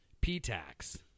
P-Tax